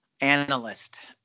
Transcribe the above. analyst